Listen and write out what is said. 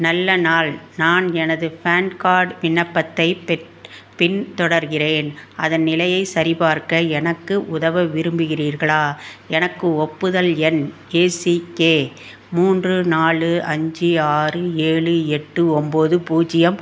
நல்ல நாள் நான் எனது பான் கார்டு விண்ணப்பத்தை பெட் பின்தொடர்கிறேன் அதன் நிலையை சரிபார்க்க எனக்கு உதவ விரும்புகிறீர்களா எனக்கு ஒப்புதல் எண் ஏசிகே மூன்று நாலு அஞ்சு ஆறு ஏழு எட்டு ஒன்போது பூஜ்ஜியம்